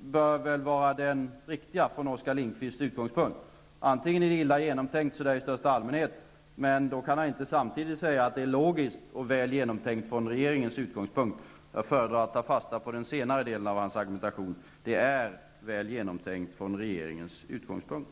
bör väl vara den riktiga från Oskar Lindkvists utgångspunkt. Antingen är det illa genomtänkt i största allmänhet -- men då kan han inte samtidigt säga att det är logiskt och väl genomtänkt från regeringens utgångspunkt. Jag föredrar att ta fasta på den senare delen av hans argumentation. Det är väl genomtänkt från regeringens utgångspunkt.